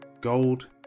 Gold